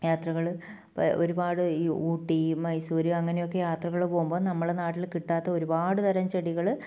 യാത്രകൾ ഒരുപാട് ഈ ഊട്ടി മൈസൂര് അങ്ങനെയൊക്കെ യാത്രകൾ പോകുമ്പോൾ നമ്മുടെ നാട്ടിൽ കിട്ടാത്ത ഒരുപാട് തരം ചെടികൾ